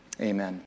Amen